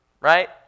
right